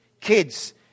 Kids